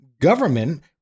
government